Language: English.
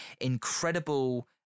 incredible